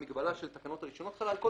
המגבלה של תקנות הרישיונות חלה על כל